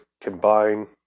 combine